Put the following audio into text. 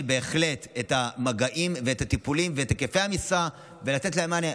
בהחלט את המגעים ואת הטיפולים ואת היקפי המשרה ולתת להם מענה.